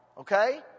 okay